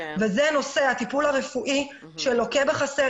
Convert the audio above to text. הנושא הראשון הוא הטיפול הרפואי שלוקה בחסר.